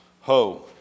Ho